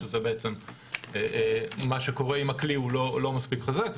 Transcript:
שזה בעצם מה שקורה אם הכלי הוא לא מספיק חזק,